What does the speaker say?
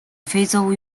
非洲